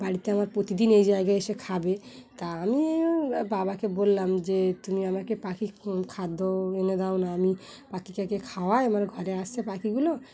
বাড়িতে আমার প্রতিদিন এই জায়গায় এসে খাবে তা আমি বাবাকে বললাম যে তুমি আমাকে পাখি খাদ্য এনে দাও না আমি পাখিটাকে খাওয়াই আমার ঘরে আসছে পাখিগুলো